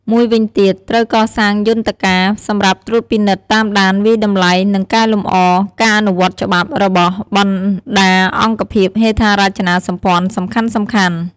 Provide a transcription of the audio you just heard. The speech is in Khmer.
មួយវិញទៀត ត្រូវកសាងយន្តការ សម្រាប់ ត្រួតពិនិត្យ តាមដាន វាយតម្លៃ និង កែលម្អ ការអនុវត្តច្បាប់ របស់ បណ្តាអង្គភាពហេដ្ឋារចនាសម្ព័ន្ធសំខាន់ៗ។